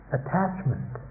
attachment